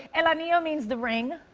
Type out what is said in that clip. and anillo means the ring.